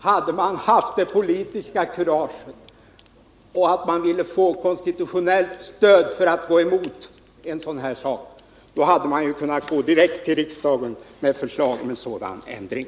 Hade man haft politiskt kurage och vilja att få konstitutionellt stöd att gå emot beslutet hade man kunnat gå direkt till riksdagen med förslag till sådan ändring.